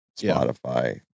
Spotify